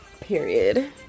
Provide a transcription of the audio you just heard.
Period